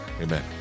Amen